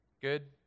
Good